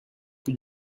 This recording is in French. plus